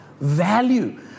value